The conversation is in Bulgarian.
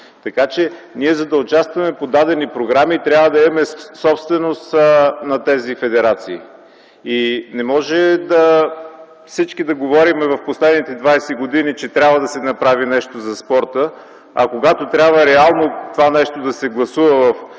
Така че ние, за да участваме по дадени програми, трябва да имаме собственост на тези федерации. Не може всички да говорим в последните двадесет години, че трябва да се направи нещо за спорта, а когато трябва реално това нещо да се гласува в